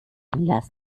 lass